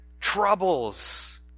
troubles